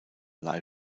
live